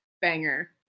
Banger